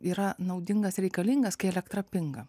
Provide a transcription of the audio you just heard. yra naudingas reikalingas kai elektra pinga